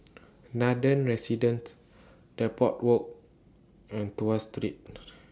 Nathan Residences Depot Walk and Tuas Street